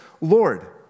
Lord